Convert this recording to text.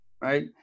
right